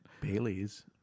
Bailey's